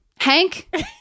Hank